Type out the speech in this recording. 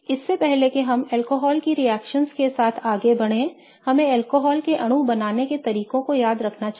इससे पहले कि हम अल्कोहल की रिएक्शनओं के साथ आगे बढ़ें हमें अल्कोहल के अणु बनाने के तरीकों को याद रखना चाहिए